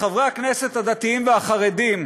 לחברי הכנסת הדתיים והחרדים,